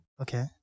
okay